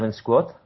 squat